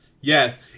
yes